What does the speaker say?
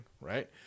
right